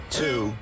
two